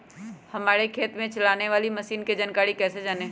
हमारे खेत में चलाने वाली मशीन की जानकारी कैसे जाने?